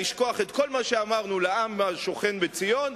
לשכוח את כל מה שאמרנו לעם השוכן בציון,